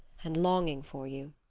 and longing for you.